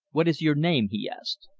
what is your name? he asked.